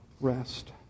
rest